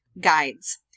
guides